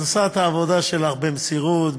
את עושה את העבודה שלך במסירות,